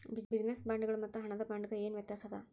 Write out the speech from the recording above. Business ಬಾಂಡ್ಗಳ್ ಮತ್ತು ಹಣದ ಬಾಂಡ್ಗ ಏನ್ ವ್ಯತಾಸದ?